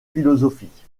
philosophique